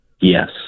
Yes